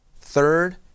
Third